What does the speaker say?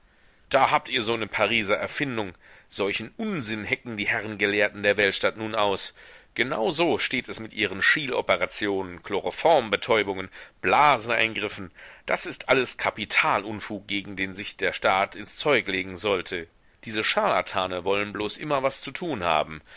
da habt ihr so ne pariser erfindung solchen unsinn hecken die herren gelehrten der weltstadt nun aus genau so steht es mit ihren schieloperationen chloroform betäubungen blaseneingriffen das ist alles kapitalunfug gegen den sich der staat ins zeug legen sollte diese scharlatane wollen bloß immer was zu tun haben